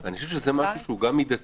אני חושב שזה משהו שהוא גם מידתי,